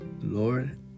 Lord